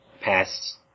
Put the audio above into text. past